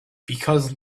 because